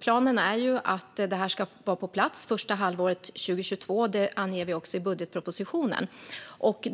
Planen är att detta ska vara på plats första halvåret 2022, och det anger vi också i budgetpropositionen.